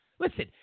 Listen